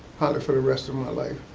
probably for the rest of my life.